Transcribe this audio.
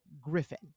Griffin